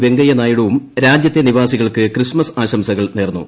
വെങ്കയ്യ നായിഡുവും രാജ്യത്തെ നിവാസികൾക്ക് ക്രിസ്തുമസ് ആശംസകൾ നേർന്നു